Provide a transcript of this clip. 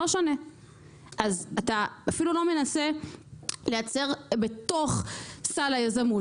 אז אתה אפילו לא מנסה לייצר בתוך סל היזמות